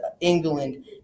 England